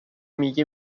میگه